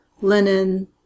linen